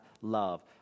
love